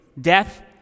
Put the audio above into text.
death